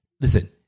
listen